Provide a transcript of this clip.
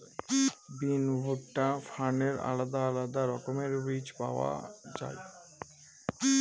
বিন, ভুট্টা, ফার্নের আলাদা আলাদা রকমের বীজ পাওয়া যায়